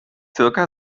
zirka